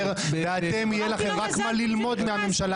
אבל כאן אנחנו באמת בראשיתו של עידן, שכל המאמץ